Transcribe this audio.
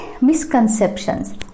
misconceptions